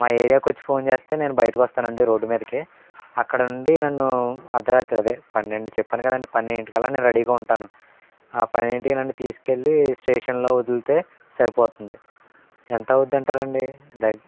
మా ఏరియాకు వచ్చి ఫోన్ చేస్తే నేను బయటకు వస్తాను అండి రోడ్డు మీదకి అక్కడ నుండి నన్ను అర్ధ రాత్రి అదే పన్నెండు చెప్పాను కదండి పన్నెండింటికల్లా నేను రెడీగా ఉంటాను పన్నెండింటికి నన్ను తీసుకెళ్లి స్టేషన్లో వదిలితే సరిపోతుంది ఎంత అవుతుంది అంటారు అండి ద